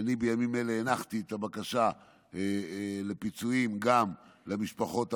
אני בימים האלה הנחתי את הבקשה לפיצויים גם למשפחות הפצועים,